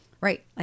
Right